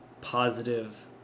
positive